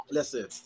Listen